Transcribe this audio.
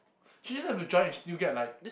she doesn't have to join and she still get like